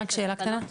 רק שאלה קטנה.